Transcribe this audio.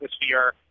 atmosphere